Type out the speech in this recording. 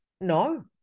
no